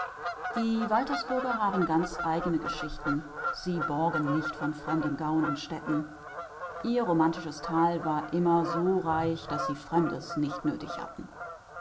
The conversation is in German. die waltersburger haben ganz eigene geschichten sie borgen nicht von fremden gauen und städten ihr romantisches tal war immer so reich daß sie fremdes nicht nötig hatten